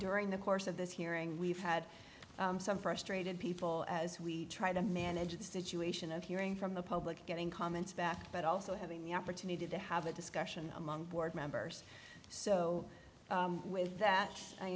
during the course of this hearing we've had some frustrated people as we try to manage the situation of hearing from the public getting comments back but also having the opportunity to have a discussion among board members so with that i